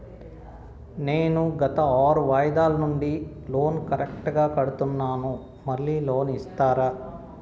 నేను గత ఆరు వాయిదాల నుండి లోను కరెక్టుగా కడ్తున్నాను, మళ్ళీ లోను ఇస్తారా?